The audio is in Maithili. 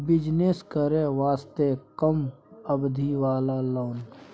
बिजनेस करे वास्ते कम अवधि वाला लोन?